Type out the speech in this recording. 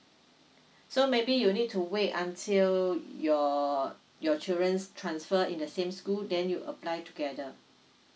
so maybe you need to wait until your your children's transfer in the same school then you apply together